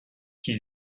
qui